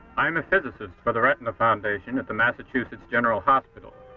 i'm a physicist for the retina foundation at the massachusetts general hospital.